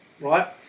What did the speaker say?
right